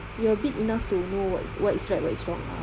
you are big enough to know what's what is right what is wrong ah